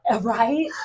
Right